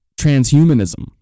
transhumanism